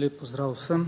Lep pozdrav vsem!